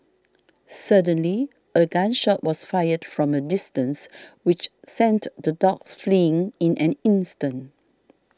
suddenly a gun shot was fired from a distance which sent the dogs fleeing in an instant